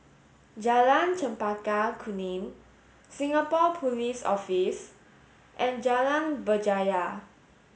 Jalan Chempaka Kuning Singapore Police Office and Jalan Berjaya